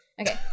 Okay